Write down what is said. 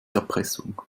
erpressung